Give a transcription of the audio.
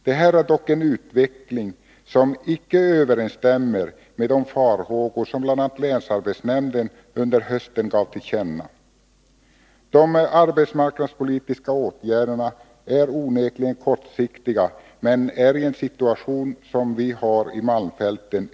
Men det är ändå en utveckling som inte överensstämmer med de farhågor som bl.a. länsarbetsnämnden gav uttryck för under hösten. De arbetsmarknadspolitiska åtgärderna är onekligen kortsiktiga, men de är ytterst nödvändiga i den situation som vi har i malmfälten.